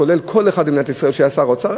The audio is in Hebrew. כולל כל אחד במדינת ישראל שהיה שר אוצר,